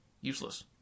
useless